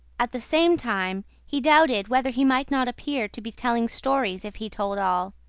at the same time he doubted whether he might not appear to be telling stories if he told all,